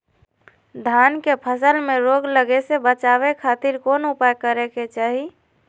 धान के फसल में रोग लगे से बचावे खातिर कौन उपाय करे के चाही?